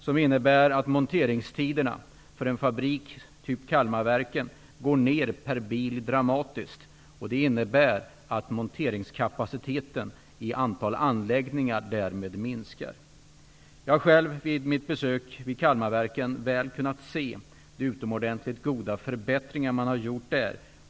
Det gör att monteringstiderna för en fabrik, t.ex. Kalmarverken, dramatiskt går ner per bil. Detta innebär att monteringskapaciteten i fråga om antalet anläggningar minskar. Jag har själv vid mitt besök hos Kalmarverken väl kunnat se de utomordentligt goda förbättringar som gjorts där.